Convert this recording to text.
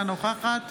אינה נוכחת